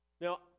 Now